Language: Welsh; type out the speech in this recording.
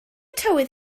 tywydd